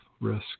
risk